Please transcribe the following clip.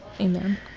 Amen